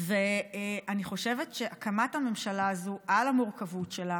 אני חושבת שהקמת הממשלה הזו על המורכבות שלה